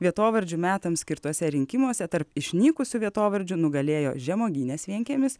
vietovardžių metams skirtuose rinkimuose tarp išnykusių vietovardžių nugalėjo žemuogynės vienkiemis